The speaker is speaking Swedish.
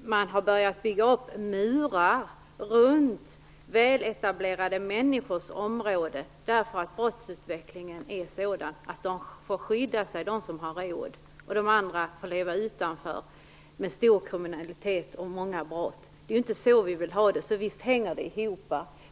man börjat bygga upp murar runt väletablerade människors områden, därför att brottsutvecklingen är sådan att de som har råd skyddar sig och de andra får leva utanför med stor kriminalitet och många brott. Det är ju inte på det sättet som vi vill ha det, så visst hänger det ihop.